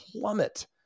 plummet